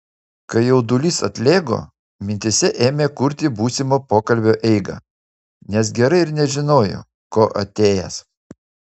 kai jaudulys atlėgo mintyse ėmė kurti būsimo pokalbio eigą nes gerai ir nežinojo ko atėjęs